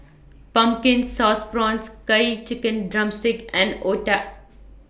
Pumpkin Sauce Prawns Curry Chicken Drumstick and Otah